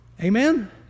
Amen